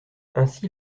ainsi